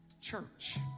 church